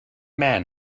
man